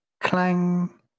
clang